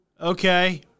Okay